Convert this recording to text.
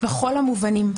בכל המובנים.